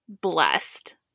blessed